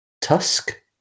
tusk